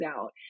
out